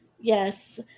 Yes